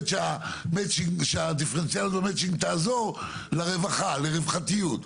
שהדיפרנציאליות במצ'ינג תעזור לרווחתיות.